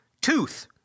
Tooth